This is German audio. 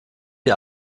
die